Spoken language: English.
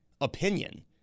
opinion